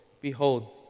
behold